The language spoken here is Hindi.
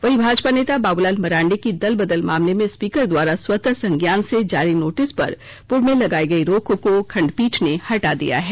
वहीं भाजपा नेता बाबूलाल मरांडी की दलबदल मामले में स्पीकर द्वारा स्वतः संज्ञान से जारी नोटिस पर पूर्व में लगायी गयी रोक को खंडपीठ ने हटा दिया है